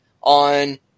on